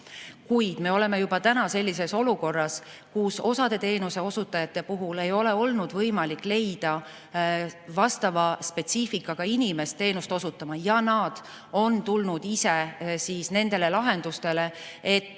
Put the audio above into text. Kuid me oleme juba täna sellises olukorras, kus osa teenuseosutajate puhul ei ole olnud võimalik leida vastava spetsiifikaga inimest teenust osutama ja nad on tulnud ise nendele lahendustele,